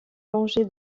plongé